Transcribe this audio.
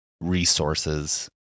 resources